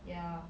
ya